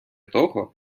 того